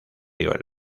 río